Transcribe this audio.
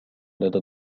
لدى